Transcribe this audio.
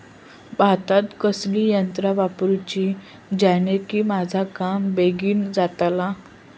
भातात कसली यांत्रा वापरुची जेनेकी माझा काम बेगीन जातला?